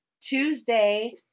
Tuesday